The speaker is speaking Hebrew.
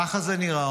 ככה זה נראה.